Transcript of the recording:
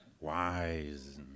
wise